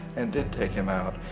and did take him out.